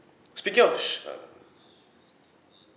speaking of uh